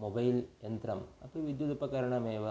mobile यन्त्रम् अपि विद्युदुपकरणमेव